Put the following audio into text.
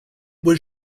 was